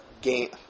game